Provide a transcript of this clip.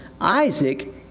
Isaac